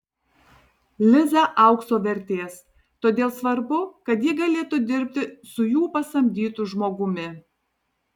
liza aukso vertės todėl svarbu kad ji galėtų dirbti su jų pasamdytu žmogumi